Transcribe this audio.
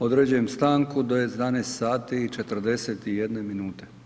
Određujem stanku do 11 sati i 41 minute.